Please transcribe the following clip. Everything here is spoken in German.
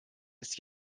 ist